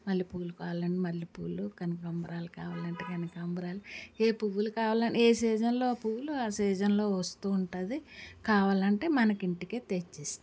మల్లెపువ్వులు కావాలంటే మల్లెపువ్వులు కనకాంబరాలు కావాలంటే కనకాంబరాలు ఏ పువ్వులు కావాలన్న ఏ సీజన్లో ఆ పువ్వులు ఆ సీజన్లో వస్తూ ఉంటుంది కావాలంటే మనకి ఇంటికే తెచ్చి ఇస్తారు